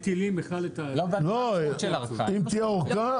לא, אם תהיה אורכה.